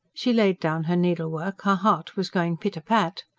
she laid down her needlework her heart was going pit-a-pat.